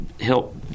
help